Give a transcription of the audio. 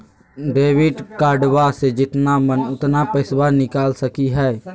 Debit कार्डबा से जितना मन उतना पेसबा निकाल सकी हय?